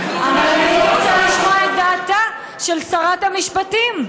אבל אני הייתי רוצה לשמוע את דעתה של שרת המשפטים.